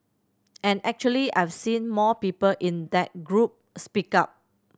and actually I've seen more people in that group speak up